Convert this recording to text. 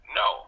no